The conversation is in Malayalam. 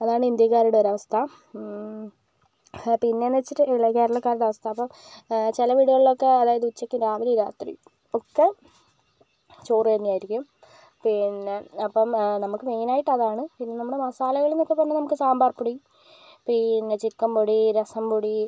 അതാണ് ഇന്ത്യക്കാരുടെ ഒരു അവസ്ഥ പിന്നെയെന്നു വെച്ചിട്ട് അല്ല കേരളക്കാരുടെ അവസ്ഥ അപ്പം ചില വീടുകളിൽ ഒക്കെ അതായത് ഉച്ചയ്ക്ക് രാവിലെ രാത്രി ഒക്കെ ചോറ് തന്നെയായിരിക്കും പിന്നെ അപ്പം നമുക്ക് മെയിനായിട്ട് അതാണ് പിന്നെ നമ്മുടെ മസാലകൾ എന്നൊക്കെ പറഞ്ഞാൽ നമുക്ക് സാമ്പാർ പൊടി പിന്നെ ചിക്കൻ പൊടി രസം പൊടി